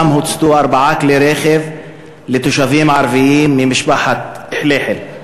ושם הוצתו ארבעה כלי רכב של תושבים ערבים ממשפחת חליחל.